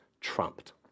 trumped